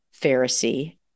Pharisee